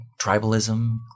tribalism